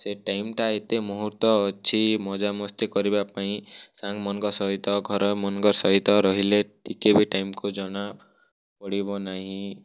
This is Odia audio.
ସେଇ ଟାଇମଟା ଏତେ ମୂହୁର୍ତ୍ତ ଅଛି ମଜାମସ୍ତି କରିବା ପାଇଁ ସାଙ୍ଗମାନଙ୍କ ସହିତ ଘରର ମାନଙ୍କ ସହିତ ରହିଲେ ଟିକେ ବି ଟାଇମ ଖୋଜଣା ପଡ଼ିବ ନାଇଁ